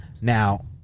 Now